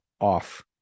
off